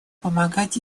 помогать